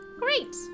Great